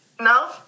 no